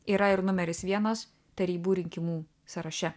yra ir numeris vienas tarybų rinkimų sąraše